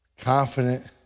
confident